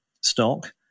stock